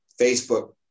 Facebook